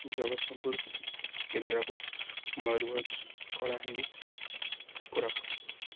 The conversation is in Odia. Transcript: ଜଗତସିଂହପୁର କେନ୍ଦ୍ରାପଡ଼ା ମୟୂୁରରଭଞ୍ଜ କଳାହାଣ୍ଡି କୋରାପୁଟ